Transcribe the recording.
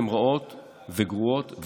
כשלא עושים את זה התוצאות הן רעות וגרועות.